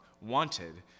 wanted